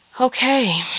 Okay